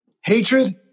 hatred